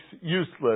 useless